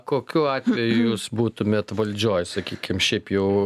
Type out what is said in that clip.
kokiu atveju jūs būtumėt valdžioj sakykim šiaip jau